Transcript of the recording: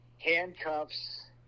handcuffs